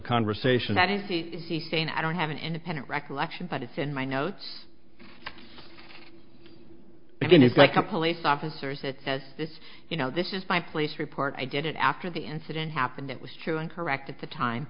conversation that is he saying i don't have an independent recollection but it's in my notes again it's like a police officers it says this you know this is by police report i did it after the incident happened it was true and correct at the time